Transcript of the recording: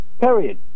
Period